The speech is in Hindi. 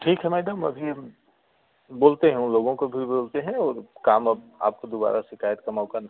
ठीक है मैडम अभी हम बोलते हैं उन लोगों को को भी बोलते हैं और काम अब आपको दोबारा शिकायत का मौका नहीं